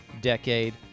decade